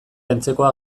antzekoa